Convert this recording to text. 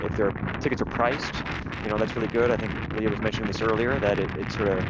if their tickets are priced you know that's really good. i think leah was mentioning this earlier that it's sort ah yeah